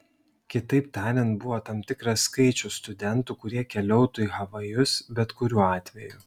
kitaip tariant buvo tam tikras skaičius studentų kurie keliautų į havajus bet kuriuo atveju